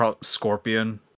scorpion